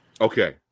Okay